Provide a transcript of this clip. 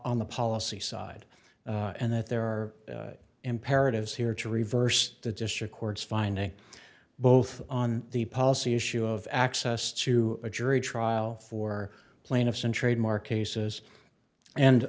on the policy side and that there are imperatives here to reverse the district court's finding both on the policy issue of access to a jury trial for plaintiffs in trademark cases and